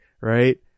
right